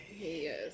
Yes